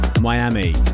miami